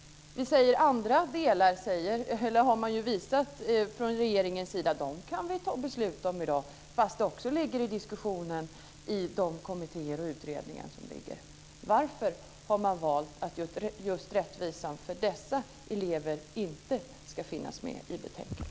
Regeringen har visat att man kan ta beslut om andra delar i dag trots att även de diskuteras i kommittéer och utredningar. Varför har man valt att rättvisa för just dessa elever inte ska finnas med i betänkandet?